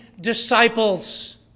disciples